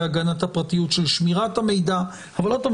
הגנת הפרטיות של שמירת המידע אבל עוד פעם,